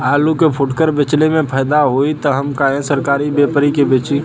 आलू के फूटकर बेंचले मे फैदा होई त हम काहे सरकारी व्यपरी के बेंचि?